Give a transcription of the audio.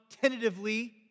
tentatively